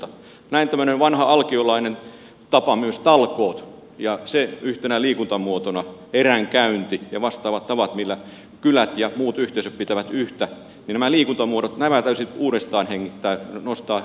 näin myös tämmöinen vanha alkiolainen tapa talkoot yhtenä liikuntamuotona eränkäynti ja vastaavat tavat millä kylät ja muut yhteisöt pitävät yhtä nämä liikuntamuodot täytyisi uudestaan nostaa henkiin